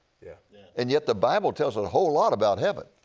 yeah yeah and yet the bible tells a whole lot about heaven.